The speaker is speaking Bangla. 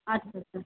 আচ্ছা আচ্ছা